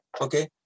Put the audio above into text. okay